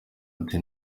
ati